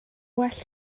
well